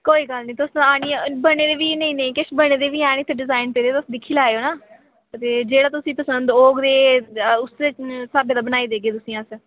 कोई गल्ल नेई तुस आनिए बने दे बी नेईं नेईं किश बने दे बी हैन इत्थै डिजाइन पेदे तुस दिक्खी लैयो ना ते जेह्ड़ा तुसेंगी पसंद औग ते उस्सै स्हाबै दा बनाई देगे तुसेंगी अस